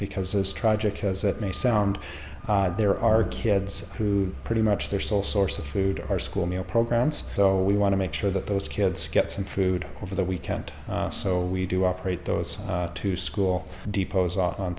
because as tragic as it may sound there are kids who are pretty much their sole source of food our school meal programs so we want to make sure that those kids get some food over the weekend so we do operate those two school depots o